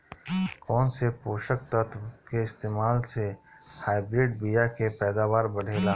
कौन से पोषक तत्व के इस्तेमाल से हाइब्रिड बीया के पैदावार बढ़ेला?